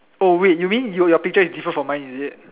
oh wait you mean you your picture is different from mine is it